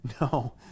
No